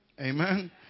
Amen